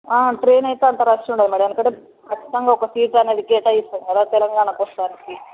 train అయితే అంత rush ఉండదు మేడం ఎందుకంటే కచ్చితంగా ఒక సీట్ అనేది కేటాయిస్తారు తెలంగాణకి రావటానికి